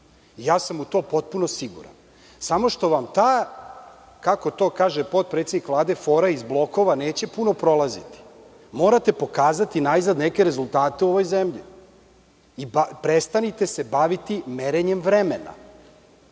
to sam potpuno siguran. Samo što vam ta, kako to kaže potpredsednik Vlade – fora iz blokova neće puno prolaziti. Morate najzad pokazati neke rezultate u ovoj zemlji i prestanite da se bavite merenje vremena.